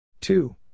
Two